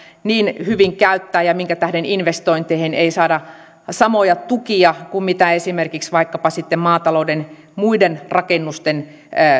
niin hyvin käyttää ja minkä tähden investointeihin ei saada samoja tukia kuin esimerkiksi vaikkapa sitten maatalouden muiden rakennusten